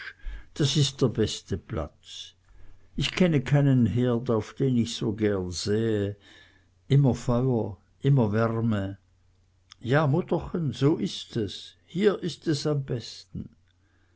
das ist der beste platz ich kenne keinen herd auf den ich so gern sähe immer feuer immer wärme ja mutterchen es ist so hier ist es am besten